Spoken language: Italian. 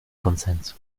consenso